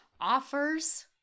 offers